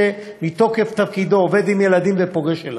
שמתוקף תפקידו עובד עם ילדים ופוגש ילדים,